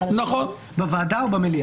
היא צריכה בוועדה או במליאה.